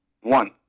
One